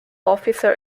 officer